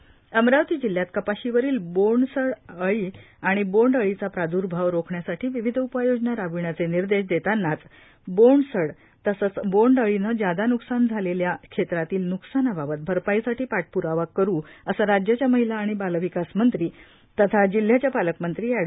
यशोमती ठाक्र अमरावती जिल्ह्यात कपाशीवरील बोंडसड आणि बोंडअळीचा प्रादुर्भाव रोखण्यासाठी विविध उपाययोजना राबविण्याचे निर्देश देतानाच बोंडसड आणि बोंडअळीने जादा न्कसान झालेल्या क्षेत्रातील न्कसानाबाबत भरपाईसाठी पाठप्रावा करू असे राज्याच्या महिला आणि बालविकास मंत्री तथा जिल्ह्याच्या पालकमंत्री एड